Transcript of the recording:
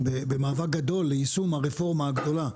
אנחנו נמצאים במאבק גדול ליישום הרפורמה הגדולה,